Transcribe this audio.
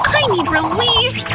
i need relief!